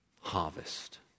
harvest